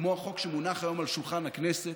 כמו החוק שמונח היום על שולחן הכנסת,